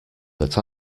that